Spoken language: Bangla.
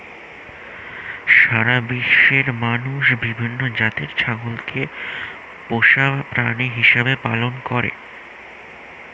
সারা বিশ্বের মানুষ বিভিন্ন জাতের ছাগলকে পোষা প্রাণী হিসেবে পালন করে